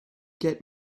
get